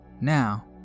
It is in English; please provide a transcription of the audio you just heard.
Now